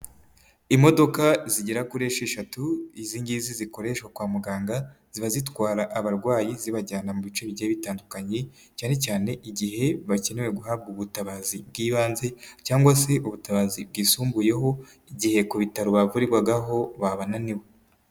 Imodoka zigera kuri esheshatu, izingizi zikoreshwa kwa muganga ,ziba zitwara abarwayi ,zibajyana mu bice bijye bitandukanye, cyane cyane igihe bakeneyewe guhabwa ubutabazi bw'ibanze cyangwa se ubutabazi bwisumbuyeho, igihe ku bitaro bavurirwagaho babananiwe.